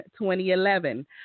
2011